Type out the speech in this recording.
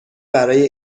برای